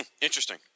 Interesting